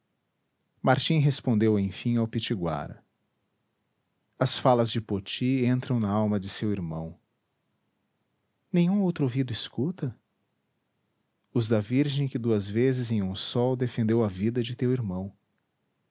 martim respondeu enfim ao pitiguara as falas de poti entram nalma de seu irmão nenhum outro ouvido escuta os da virgem que duas vezes em um sol defendeu a vida de teu irmão